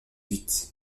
huit